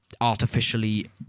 artificially